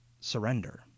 surrender